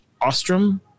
Ostrom